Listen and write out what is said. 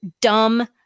Dumb